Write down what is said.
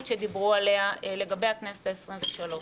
שדיברנו עליה לגבי הכנסת העשרים-ושלוש.